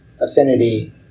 affinity